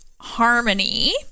Harmony